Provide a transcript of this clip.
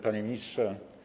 Panie Ministrze!